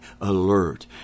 alert